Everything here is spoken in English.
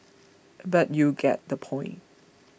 but you get the point